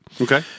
Okay